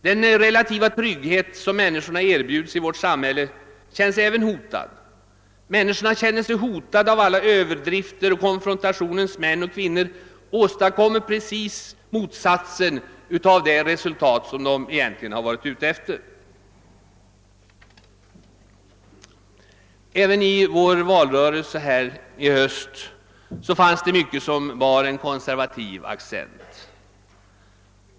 Den relativa trygghet som människorna erbjuds i vårt samhälle uppfattas även som hotad. Människorna känner sig hotade av alla överdrifter, och konfrontationens män och kvinnor åstadkommer motsatsen till vad de avsett. Även i vår valrörelse i höst fanns mycket som bar en konservativ accent.